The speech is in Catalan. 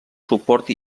suport